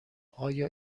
آیا